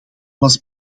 was